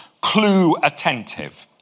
clue-attentive